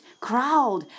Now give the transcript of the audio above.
crowd